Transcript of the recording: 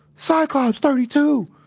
cyclops thirty-two!